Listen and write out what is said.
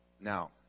Now